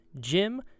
Jim